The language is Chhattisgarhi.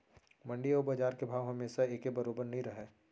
मंडी अउ बजार के भाव हमेसा एके बरोबर नइ रहय